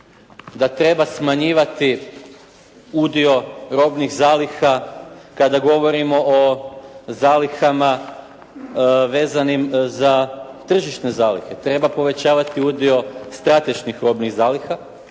da treba smanjivati udio robnih zaliha kada govorimo o zalihama vezanim za tržišne zalihe. Treba povećavati udio strateških robnih zaliha,